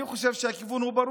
אני חושב שהכיוון הוא ברור: